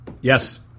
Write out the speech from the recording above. Yes